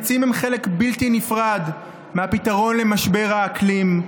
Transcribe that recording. עצים הם חלק בלתי נפרד מהפתרון למשבר האקלים,